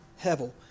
hevel